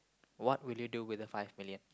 what will you do with the five million